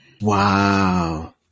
Wow